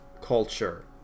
culture